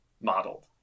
modeled